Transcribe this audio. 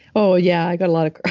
oh, yeah. i got a lot of